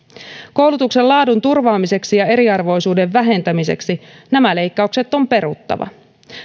koulutuksen laadun turvaamiseksi ja eriarvoisuuden vähentämiseksi nämä leikkaukset on peruttava